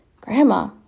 Grandma